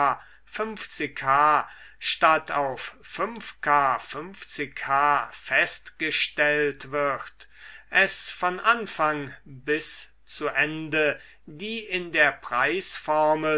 h statt auf k h festgestellt wird es von anfang bis zu ende die in der